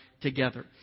together